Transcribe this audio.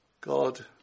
God